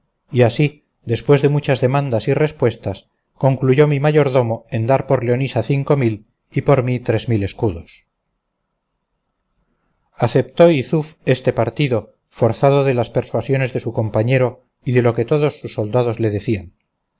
y así después de muchas demandas y respuestas concluyó mi mayordomo en dar por leonisa cinco mil y por mí tres mil escudos aceptó yzuf este partido forzado de las persuasiones de su compañero y de lo que todos sus soldados le decían